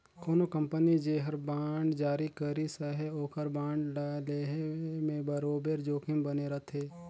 कोनो कंपनी जेहर बांड जारी करिस अहे ओकर बांड ल लेहे में बरोबेर जोखिम बने रहथे